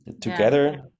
Together